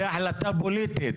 זה החלטה פוליטית.